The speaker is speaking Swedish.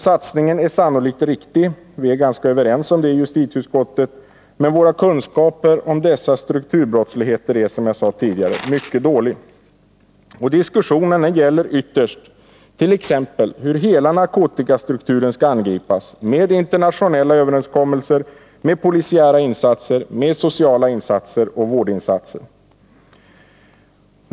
Satsningen är sannolikt riktig, det är vi överens om i justitieutskottet, men våra kunskaper om dessa strukturbrottsligheter är som jag sade tidigare mycket dålig. Diskussionen gäller ytterst hur hela narkotikastrukturen skall angripas med internationella överenskommelser, med polisiära insatser, med sociala insatser och vårdinsatser.